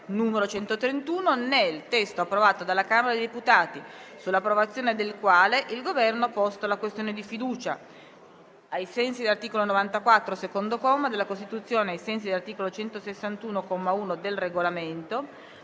n. 131, nel testo approvato dalla Camera dei deputati, sull'approvazione del quale il Governo ha posto la questione di fiducia. Ricordo che ai sensi dell'articolo 94, secondo comma, della Costituzione e ai sensi dell'articolo 161, comma 1, del Regolamento,